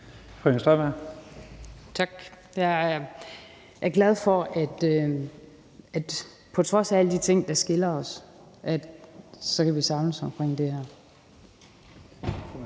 Tak. Jeg er glad for, at vi på trods af alle de ting, der skiller os, kan samles omkring det her.